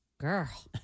Girl